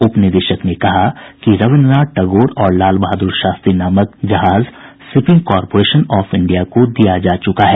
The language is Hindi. उप निदेशक ने कहा कि रविन्द्रनाथ टेगौर और लालबहादुर शास्त्री नामक जहाज शिपिंग कॉरपोरेशन ऑफ इंडिया को दिया जा चुका है